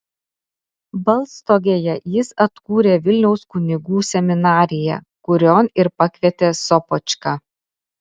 balstogėje jis atkūrė vilniaus kunigų seminariją kurion ir pakvietė sopočką